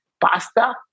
pasta